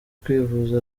kwivuza